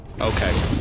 Okay